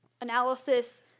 analysis